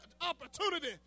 opportunity